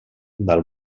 del